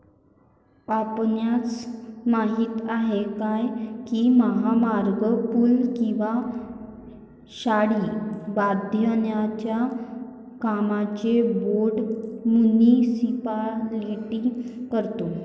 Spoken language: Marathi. आपणास माहित आहे काय की महामार्ग, पूल किंवा शाळा बांधण्याच्या कामांचे बोंड मुनीसिपालिटी करतो?